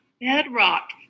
bedrock